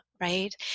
right